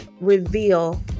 reveal